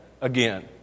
again